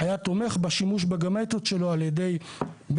כשהאמוציות והרגשות שותפים גדולים בדיונים האלה.